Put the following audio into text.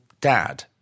dad